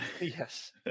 Yes